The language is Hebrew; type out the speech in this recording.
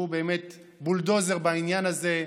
שהוא באמת בולדוזר בעניין הזה,